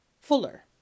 Fuller